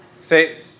Say